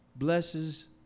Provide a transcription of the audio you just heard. Blesses